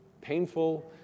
painful